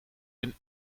een